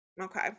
Okay